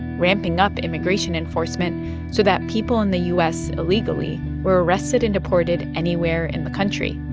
ramping up immigration enforcement so that people in the u s. illegally were arrested and deported anywhere in the country,